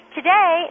Today